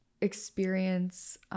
experience